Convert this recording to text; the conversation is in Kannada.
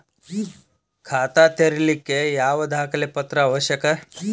ಖಾತಾ ತೆರಿಲಿಕ್ಕೆ ಯಾವ ದಾಖಲೆ ಪತ್ರ ಅವಶ್ಯಕ?